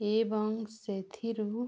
ଏବଂ ସେଥିରୁ